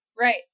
Right